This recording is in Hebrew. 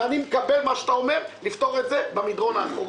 אני מקבל את מה שאתה אומר: לפתור את זה במדרון האחורי.